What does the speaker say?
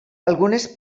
algunes